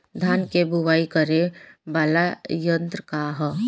धान के बुवाई करे वाला यत्र का ह?